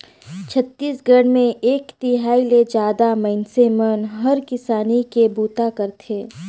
छत्तीसगढ़ मे एक तिहाई ले जादा मइनसे मन हर किसानी के बूता करथे